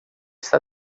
está